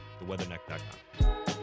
Theweatherneck.com